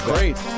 Great